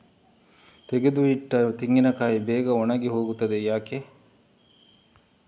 ತೆಗೆದು ಇಟ್ಟ ತೆಂಗಿನಕಾಯಿ ಬೇಗ ಒಣಗಿ ಹೋಗುತ್ತದೆ ಯಾಕೆ?